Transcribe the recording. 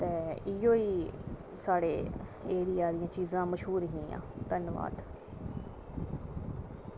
ते इयै साढ़े एरिया च इयै चीज़ां मश्हूर हियां धन्यबाद